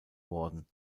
worden